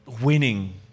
winning